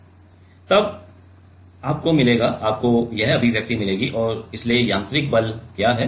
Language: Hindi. अब तब आपको मिलेगा आपको यह अभिव्यक्ति मिलेगी और इसलिए यांत्रिक बल क्या है